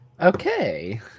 Okay